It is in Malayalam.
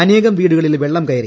അനേകം വീടുകളിൽ വെള്ളം കയറി